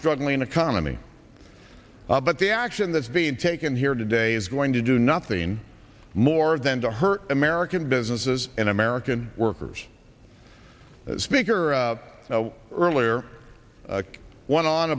struggling economy but the action that's being taken here today is going to do nothing more than to hurt american businesses and american workers as speaker earlier one on